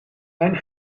mijn